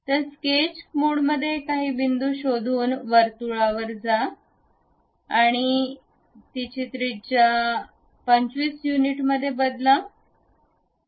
तर स्केच मोडमध्ये काही बिंदू शोधून वर्तुळावर जा आणि तिचा त्रिज्या 25 युनिटमध्ये बदला